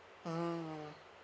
mmhmm